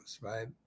right